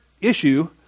issue